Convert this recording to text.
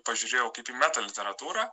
pažiūrėjau kaip į meta literatūrą